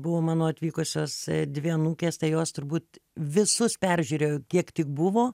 buvo mano atvykusios dvi anūkės tai jos turbūt visus peržiūrėjo kiek tik buvo